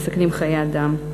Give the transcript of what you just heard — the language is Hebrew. מסכנים חיי אדם.